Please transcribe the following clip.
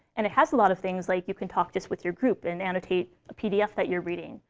and it has a lot of things, like you can talk just with your group and annotate a pdf that you're reading.